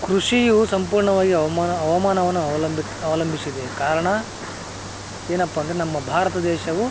ಕೃಷಿಯು ಸಂಪೂರ್ಣವಾಗಿ ಹವ್ಮಾನ ಹವಮಾನವನ್ನು ಅವಲಂಬಿತ ಅವಲಂಬಿಸಿದೆ ಕಾರಣ ಏನಪ್ಪ ಅಂದರೆ ನಮ್ಮ ಭಾರತ ದೇಶವು